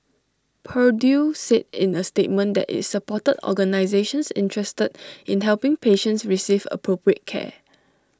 purdue said in A statement that IT supported organisations interested in helping patients receive appropriate care